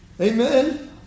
Amen